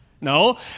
No